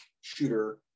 shooter